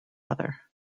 other